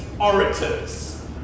orators